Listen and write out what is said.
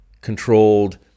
controlled